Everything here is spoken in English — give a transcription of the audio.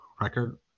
record